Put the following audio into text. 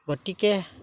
গতিকে